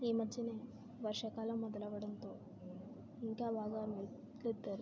ఈ మధ్యనే వర్షాకాలం మొదలవడంతో ఇంకా బాగా మెరుగు దిద్దారు